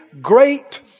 great